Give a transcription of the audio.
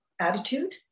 attitude